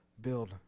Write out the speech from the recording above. build